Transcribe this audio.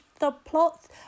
subplots